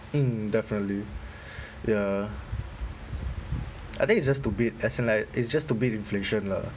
mm definitely ya I think it's just to beat as in like it's just to beat inflation lah